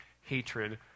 hatred